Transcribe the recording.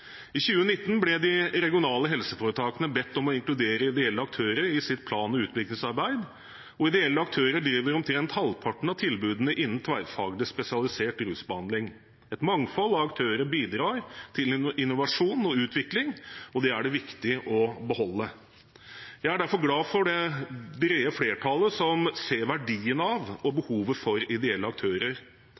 I 2019 ble de regionale helseforetakene bedt om å inkludere ideelle aktører i sitt plan- og utviklingsarbeid. Ideelle aktører driver omtrent halvparten av tilbudene innen tverrfaglig spesialisert rusbehandling. Et mangfold av aktører bidrar til innovasjon og utvikling, og det er det viktig å beholde. Jeg er derfor glad for det brede flertallet som ser verdien av og behovet for ideelle aktører.